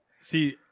See